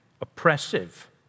oppressive